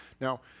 Now